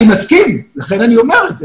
אני מסכים, לכן אני אומר את זה.